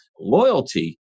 loyalty